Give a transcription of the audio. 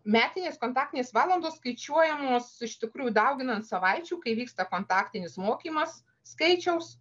metinės kontaktinės valandos skaičiuojamos iš tikrųjų dauginant savaičių kai vyksta kontaktinis mokymas skaičiaus